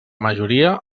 majoria